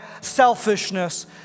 selfishness